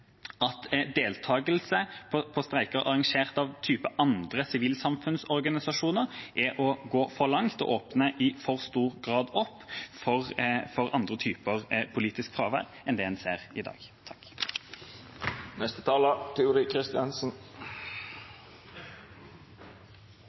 deltakelse i streiker arrangert av «andre sivilsamfunnsorganisasjoner» er å gå for langt og åpner i for stor grad opp for andre typer politisk fravær enn det en ser i dag.